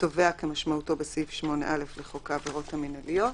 "תובע" כמשמעותו בסעיף 8א לחוק העבירות המנהליות.